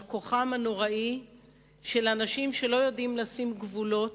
על כוחם הנוראי של אנשים שלא יודעים לשים גבולות